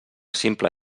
simple